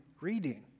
reading